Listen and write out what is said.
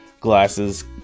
glasses